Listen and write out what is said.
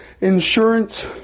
insurance